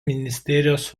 ministerijos